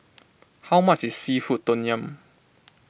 how much is Seafood Tom Yum